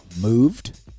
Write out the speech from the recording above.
moved